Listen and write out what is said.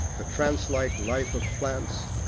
the trance-like life of plants,